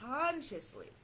consciously